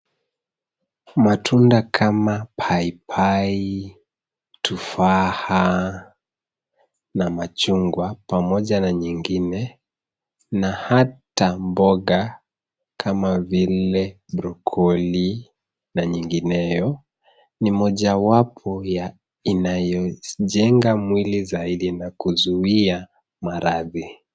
Matunda kama papai, tufaha na machungwa pamoja na nyingine na hata mboga kama vile brokoli na nyingineyo ni mojawapo inayojenga mwili zaidi na kuzuia maradhi.